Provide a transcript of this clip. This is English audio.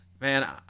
Man